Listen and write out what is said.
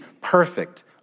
perfect